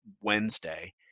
Wednesday